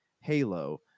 halo